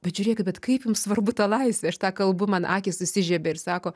bet žiūrėkit bet kaip jum svarbu ta laisvė aš tą kalbu man akys užsižiebė ir sako